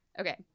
Okay